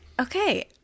Okay